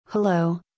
Hello